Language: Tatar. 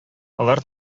алар